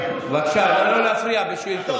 בבקשה, נא לא להפריע בשאילתות.